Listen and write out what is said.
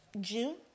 June